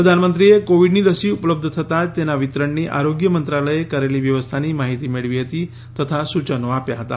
પ્રધાનમંત્રીએ કોવીડના રસી ઉપલબ્ધ થતા જ તેના વિતરણની આરોગ્ય મંત્રાલયે કરેલી વ્યવસ્થાની માહિતી મેળવી હતી તથા સૂચનો આપ્યા હતા